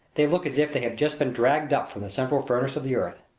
they look as if they had just been dragged up from the central furnace of the earth.